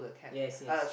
yes yes